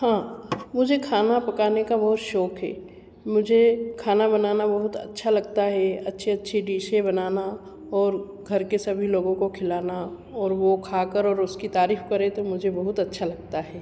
हाँ मुझे खाना पकाने का बहुत शौक़ है मुझे खाना बनाना बहुत अच्छा लगता है अच्छी अच्छी डिशे बनाना और घर के सभी लोगों को खिलाना ओर वह खाकर और उसकी तारीफ करे तो मुझे बहुत अच्छा लगता है